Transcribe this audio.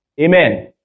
Amen